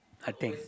I think